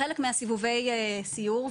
בחלק מסיבובי הסיור,